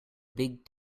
big